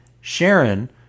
Sharon